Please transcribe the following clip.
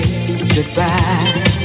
Goodbye